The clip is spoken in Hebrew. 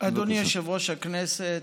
אדוני יושב-ראש הכנסת,